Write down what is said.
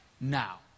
now